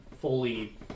fully